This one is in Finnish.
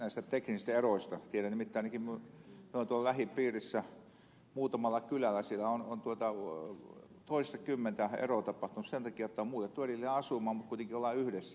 tiedän nimittäin ainakin minulla tuolla lähipiirissä muutamassa kylässä on toistakymmentä eroa tapahtunut sen takia että on muutettu erilleen asumaan mutta kuitenkin ollaan yhdessä